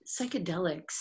psychedelics